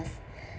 us